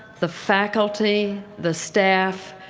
the faculty the staff,